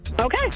Okay